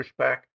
pushback